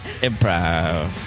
Improv